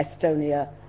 Estonia